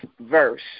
verse